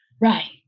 Right